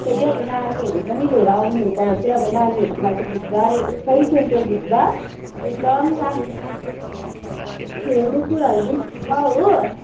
फेरि अब नानीहरू पनि लिएर आउनुहुन्छ भने चाहिँ अब नानीहरूको लागि भित्र साइन्स सेन्टरभित्र एकदम राम्रो राम्रो खेल्ने कुराहरू पनि छ हो